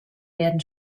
werden